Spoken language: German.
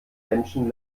menschen